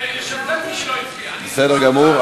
הצבעתי ולא נקלט, בסדר גמור.